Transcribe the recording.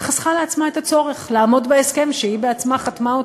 חסכה לעצמה את הצורך לעמוד בהסכם שהיא בעצמה חתמה עליו.